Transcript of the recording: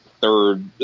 third